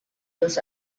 los